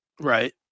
Right